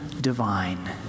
divine